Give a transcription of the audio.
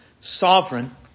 sovereign